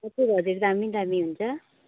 हजुर हजुर दामी दामी हुन्छ